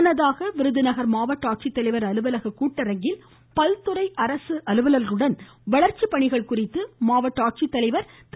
முன்னதாக மாவட்ட ஆட்சித்தலைவர் அலுவலக கூட்டரங்கில் பல்துறை அரசு அலுவலர்களுடன் வளர்ச்சி பணிகள் குறித்து மாவட்ட ஆட்சித்தலைவர் திரு